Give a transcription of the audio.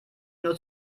nur